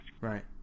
Right